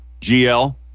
GL